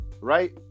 right